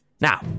Now